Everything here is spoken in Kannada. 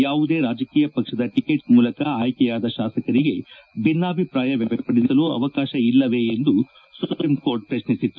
ಯಾವುದೇ ರಾಜಕೀಯ ಪಕ್ಷದ ಟಿಕೆಟ್ ಮೂಲಕ ಆಯ್ಕೆ ಯಾದ ಶಾಸಕರಿಗೆ ಭಿನ್ನಾಭಿಪ್ರಾಯ ವ್ಯಕ್ತಪಡಿಸಲು ಅವಕಾಶ ಇಲ್ಲವೆ ಎಂದು ಸುಪ್ರೀಂಕೋರ್ಟ್ ಪ್ರಶ್ನಿಸಿತ್ತು